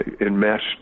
enmeshed